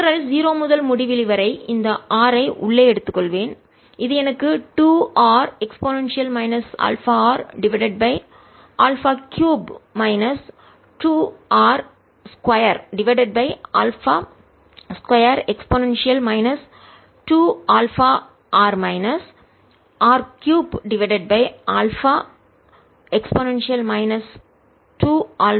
integral 0 முதல் முடிவிலி வரைஇந்த ஆர் ஐ உள்ளே எடுத்துக் கொள்வேன் இது எனக்கு 2r e α r divided by alpha cube minus 2 r 2 divided by α 2 e 2α r minus r 3 divided by alpha e 2α r minus 2r divided by α 3 e 2α r dr ஐ தருகிறது